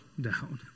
down